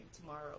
tomorrow